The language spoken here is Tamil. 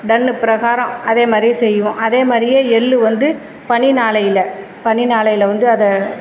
டன்னு பிரகாரம் அதே மாதிரியே செய்வோம் அதே மாதிரியே எள்ளு வந்து பனி நாளையில் பனி நாளையில் வந்து அதை